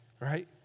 right